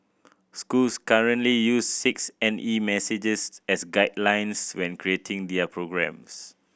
schools currently use six N E messages as guidelines when creating their programmes